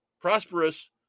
Prosperous